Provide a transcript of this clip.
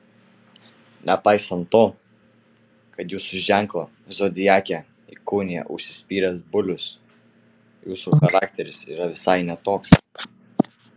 nepaisant to kad jūsų ženklą zodiake įkūnija užsispyręs bulius jūsų charakteris yra visai ne toks